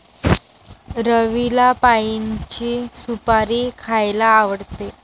रवीला पाइनची सुपारी खायला आवडते